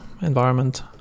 environment